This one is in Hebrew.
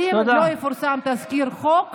תודה.